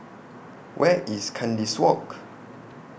Where IS Kandis Walk